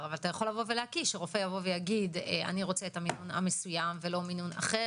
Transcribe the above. אבל אתה יכול להקיש שרופא יגיד: אני רוצה מינון מסוים ולא מינון אחר.